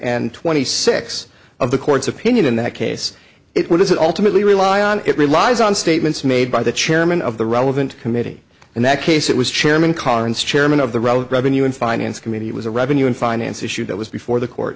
and twenty six of the court's opinion in that case it what is it ultimately rely on it relies on statements made by the chairman of the relevant committee and that case it was chairman current chairman of the road revenue and finance committee it was a revenue and finance issue that was before the court